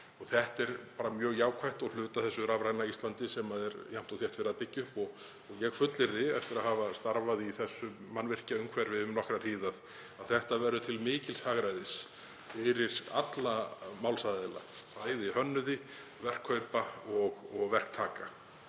Þetta er bara mjög jákvætt og hluti af því rafræna Íslandi sem er jafnt og þétt verið að byggja upp. Ég fullyrði, eftir að hafa starfað í þessu mannvirkjaumhverfi um nokkra hríð, að þetta verður til mikils hagræðis fyrir alla málsaðila; hönnuði, verkkaupa og verktaka.